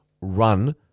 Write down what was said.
run